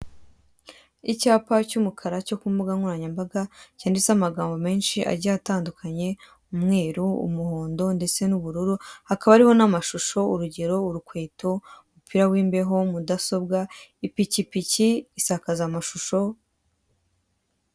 Icyapa cy'umukara cyo ku mbugankoranyambaga, cyanditseho amagambo menshi agiye atandukanye; umweru, umuhondo ndetse n'ubururu; hakaba hariho n'amashusho, urugero: urukweto, umupira w'imbeho, mudasobwa, ipikipiki, insakazamashusho...